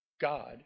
God